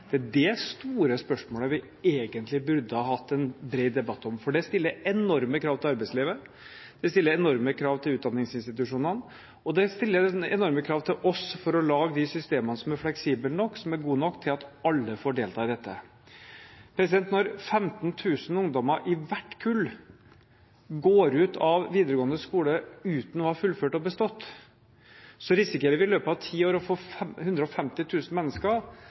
– er det store spørsmålet vi egentlig burde hatt en bred debatt om. For det stiller enorme krav til arbeidslivet, det stiller enorme krav til utdanningsinstitusjonene, og det stiller enorme krav til oss for å lage systemer som er fleksible nok og gode nok til at alle får delta i dette. Når 15 000 ungdommer i hvert kull går ut av videregående skole uten å ha fullført og bestått, risikerer vi i løpet av ti år å få 150 000 mennesker